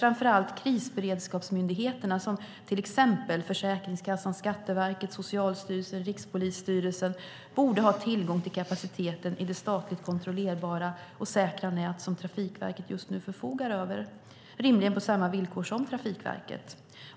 Framför allt krisberedskapsmyndigheterna och till exempel Försäkringskassan, Skatteverket, Socialstyrelsen och Rikspolisstyrelsen borde rimligen ha tillgång till kapaciteten i det statligt kontrollerbara och säkra nät som Trafikverket just nu förfogar över på samma villkor som Trafikverket.